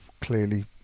clearly